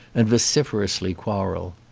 and vociferously quarrel.